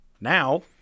now